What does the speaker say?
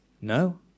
No